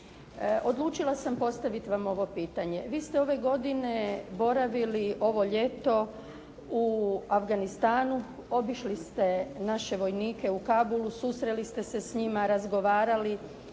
odlučila sam postaviti vam ovo pitanje. Vi ste ove godine boravili, ovo ljeto u Afganistanu, obišli ste naše vojnike u Kabulu, susreli ste se s njima, razgovarali